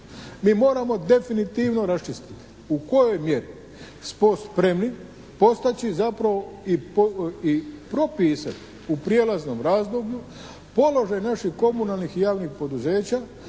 Mi moramo definitivno raščistiti u kojoj mjeri smo spremni postići zapravo i propisati u prijelaznom razdoblju položaj naših komunalnih i javnih poduzeća